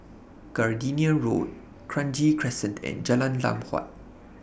Gardenia Road Kranji Crescent and Jalan Lam Huat